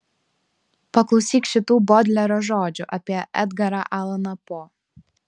paklausyk šitų bodlero žodžių apie edgarą alaną po